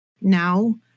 now